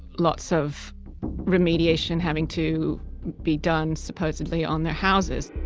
lots of remediation having to be done supposedly on their houses.